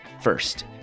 First